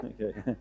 Okay